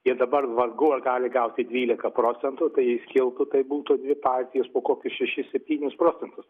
ir dabar vargu ar gali gauti dvylika procentų tai jei skiltų tai būtų dvi partijos kokius šešis septynis procentus